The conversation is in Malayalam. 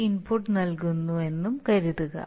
ഒരു ഇൻപുട്ട് നൽകുന്നു എന്ന് കരുതുക